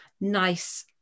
nice